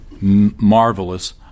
marvelous